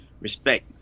respect